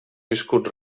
viscut